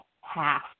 half